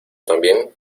también